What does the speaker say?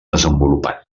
desenvolupat